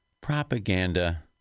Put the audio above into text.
Propaganda